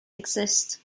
exist